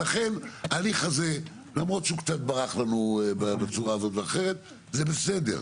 ולכן ההליך הזה למרות שהוא קצת ברח לנו בצורה הזאת והאחרת זה בסדר,